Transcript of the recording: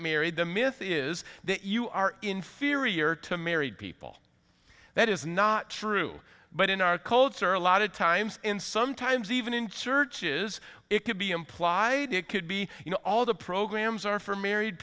married the myth is that you are inferior to married people that is not true but in our codes are a lot of times in sometimes even in churches it could be implied it could be you know all the programs are for married